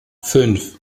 fünf